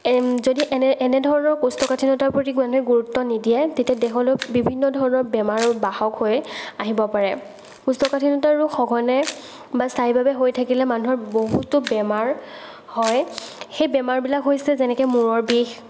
যদি এনে এনে ধৰণৰ কৌষ্ঠকাঠিন্যতাৰ প্ৰতি মানুহে গুৰুত্ব নিদিয়ে তেতিয়া দেহলৈ বিভিন্ন ধৰণৰ বেমাৰৰ বাহক হৈ আহিব পাৰে কৌষ্ঠকাঠিন্যতা ৰোগ সঘনে বা স্থায়ীভাৱে হৈ থাকিলে মানুহৰ বহুতো বেমাৰ হয় সেই বেমাৰবিলাক হৈছে যেনেকে মূৰৰ বিষ